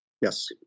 Yes